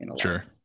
sure